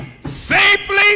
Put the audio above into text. safely